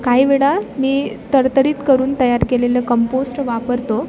काही वेळा मी तरतरीत करून तयार केलेलं कंपोस्ट वापरतो